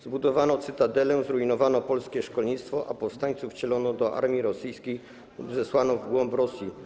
Zbudowano cytadelę, zrujnowano polskie szkolnictwo, a powstańców wcielono do armii rosyjskiej lub zesłano w głąb Rosji.